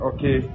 Okay